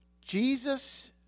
Jesus